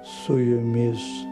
su jumis